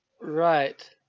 Right